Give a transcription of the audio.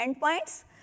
endpoints